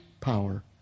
power